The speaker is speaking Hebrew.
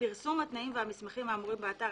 פרסום התנאים והמסמכים האמורים באתר